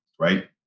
right